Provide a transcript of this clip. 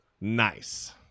Nice